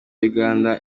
uganda